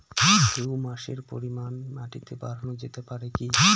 হিউমাসের পরিমান মাটিতে বারানো যেতে পারে কি?